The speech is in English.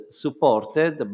supported